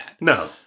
no